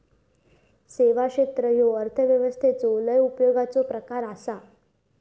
सेवा क्षेत्र ह्यो अर्थव्यवस्थेचो लय उपयोगाचो प्रकार आसा